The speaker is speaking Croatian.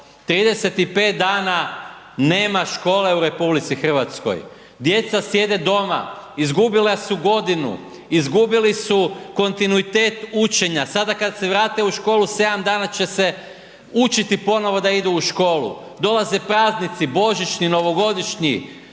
35 dana nema škole u RH. Djeca sjede doma, izgubila su godinu, izgubili su kontinuitet učenja, sada kada se vrate u školu, 7 dana će se učiti ponovno da idu u školu. Dolaze praznici božićni, novogodišnji,